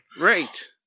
Right